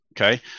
okay